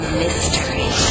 mystery